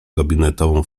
gabinetową